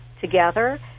together